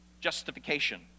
Justification